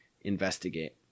investigate